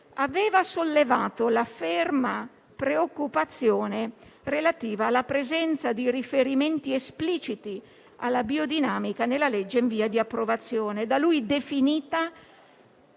aveva sollevato la ferma preoccupazione relativa alla presenza di riferimenti espliciti alla biodinamica nel disegno di legge in via di approvazione, da lui definita